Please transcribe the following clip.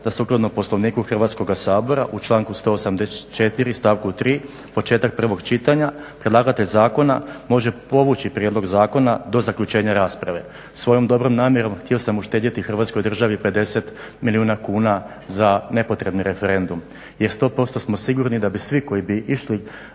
da sukladno Poslovniku Hrvatskoga sabora u članku 184. stavku 3. početak prvog čitanja predlagatelj zakona može povući prijedlog zakona do zaključenja rasprave. Svojom dobrom namjerom htio sam uštedjeti Hrvatskoj državi 50 milijuna kuna za nepotrebni referendum. Jer sto posto smo sigurni da bi svi koji bi išli,